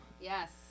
Yes